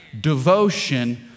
Devotion